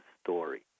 story